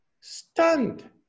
stunned